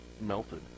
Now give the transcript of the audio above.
melted